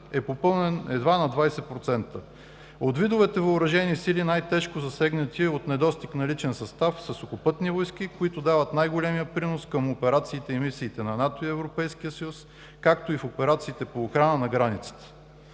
е попълнен едва на 20%. От видовете въоръжени сили най-тежко засегнати от недостиг на личен състав са сухопътните войски, които дават най-големия принос към операциите и мисиите на НАТО и Европейския съюз, както и в операциите по охрана на границите.